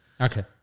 Okay